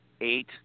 eight